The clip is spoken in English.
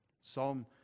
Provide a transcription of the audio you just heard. Psalm